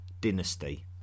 dynasty